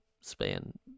span